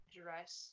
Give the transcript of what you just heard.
dress